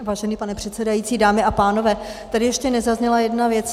Vážený pane předsedající, dámy a pánové, tady ještě nezazněla jedna věc.